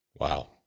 Wow